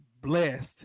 blessed